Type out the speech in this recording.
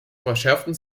verschärften